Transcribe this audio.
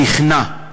נכנע,